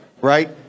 right